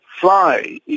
fly